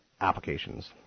applications